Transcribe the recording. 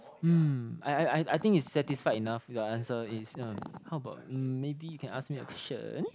mm I I I I think is satisfied enough your answer is uh how about um maybe you can ask me a question